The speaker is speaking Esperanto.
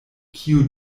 kiu